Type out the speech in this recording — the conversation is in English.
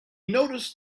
noticed